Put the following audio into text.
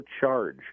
charge